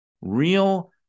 real